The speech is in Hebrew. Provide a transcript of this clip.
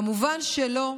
כמובן שלא.